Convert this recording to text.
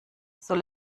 soll